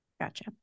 Gotcha